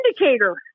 indicator